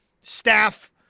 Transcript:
staff